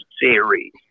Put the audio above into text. series